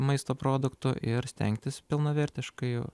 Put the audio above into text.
maisto produktų ir stengtis pilnavertiškai